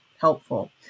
helpful